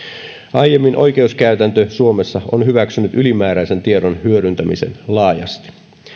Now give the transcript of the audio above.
aiemmin oikeuskäytäntö suomessa on hyväksynyt ylimääräisen tiedon hyödyntämisen laajasti